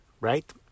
right